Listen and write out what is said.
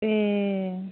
ए